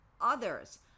others